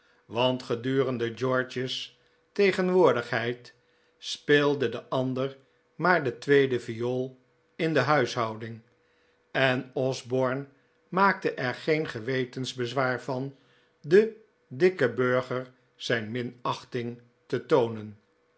want gedurende george's tegenwoordighcid spccldc dc andcr maar dc tweede viool in de huishouding en osborne maakte cr gecn gcwctcnsbczwaar van den dikken burger zijn minachting tc toonen